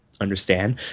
understand